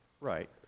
Right